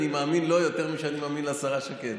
אני מאמין לו יותר מאשר אני מאמין לשרה שקד.